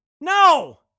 No